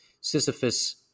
Sisyphus